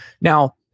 Now